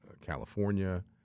California